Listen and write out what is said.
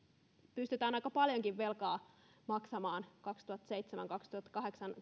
pystytään aika paljonkin velkaa maksamaan kaudella kaksituhattaseitsemän viiva kaksituhattakahdeksan